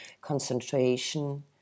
concentration